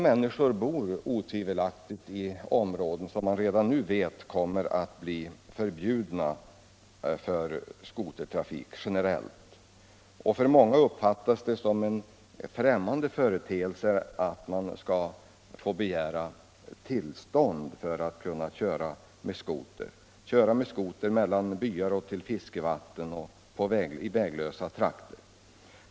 Det bor otvivelaktigt många människor i områden, där man redan nu vet att skotertrafik generellt kommer att förbjudas. Av många uppfattas det som främmande att de skall vara tvungna att begära tillstånd för att få köra med skoter i väglösa trakter, mellan byar, till fiskevatten osv.